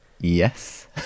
Yes